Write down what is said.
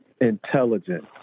intelligent